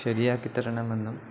ശരിയാക്കിത്തരണമെന്നും